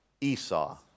Esau